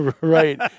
Right